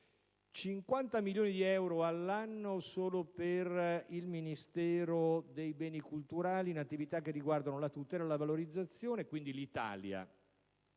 50 milioni di euro all'anno è il taglio per il Ministero dei beni culturali in attività che riguardano la tutela e la valorizzazione, quindi l'Italia,